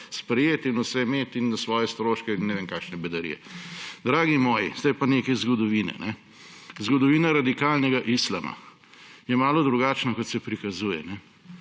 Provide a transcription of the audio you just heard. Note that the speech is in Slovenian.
sprejeti in vse imeti in na svoje stroške in ne vem kakšne bedarije. Dragi moji, sedaj pa nekaj zgodovine. Zgodovina radikalnega islama je malo drugačna, kot se prikazuje.